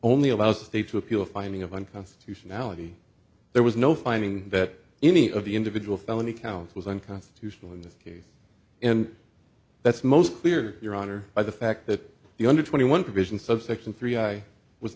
only allows a state to appeal a finding of unconstitutionality there was no finding that any of the individual felony counts was unconstitutional in this case and that's most clear your honor by the fact that the under twenty one provision subsection three i was